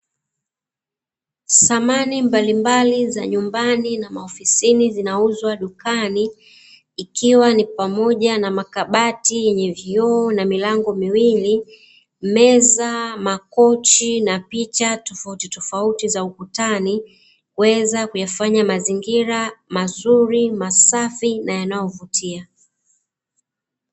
Samani mbalimbali za nyumbani na maofisini zinauzwa dukani ikiwa ni pamoja na makabati yenye vioo na milango miwili meza, makochi na picha tofautitofauti za ukutani kuweza kuyafanya mazingira mazuri masafi na yanayovutia.